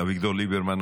אביגדור ליברמן,